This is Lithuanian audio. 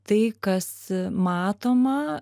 tai kas matoma